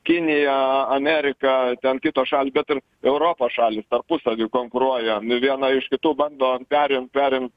kinija amerika ten kitos šalys bet ir europos šalys tarpusavy konkuruoja viena iš kitų bando perimt perimt